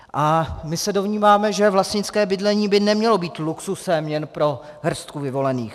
A my se domníváme, že vlastnické bydlení by nemělo být luxusem jen pro hrstku vyvolených.